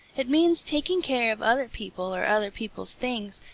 it means taking care of other people or other people's things,